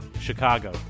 Chicago